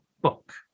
book